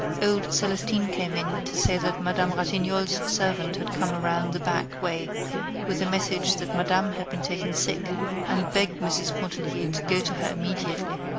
old celestine came in to say that madame ratignolle's servant had come around the back way with a message that madame had been taken sick and begged mrs. pontellier to go to her immediately.